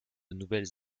nouvelles